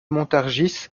montargis